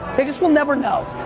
they just will never know.